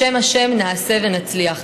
בשם השם נעשה ונצליח.